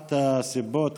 אחת הסיבות לכך,